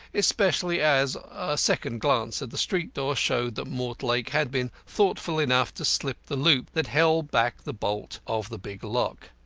especially as a second glance at the street door showed that mortlake had been thoughtful enough to slip the loop that held back the bolt of the big lock.